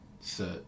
set